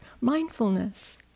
mindfulness